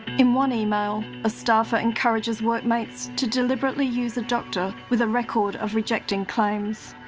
in one email, a staffer encourages workmates to deliberately use a doctor with a record of rejecting claims.